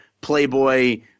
playboy